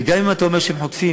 וגם אם אתה אומר שהם חוטפים,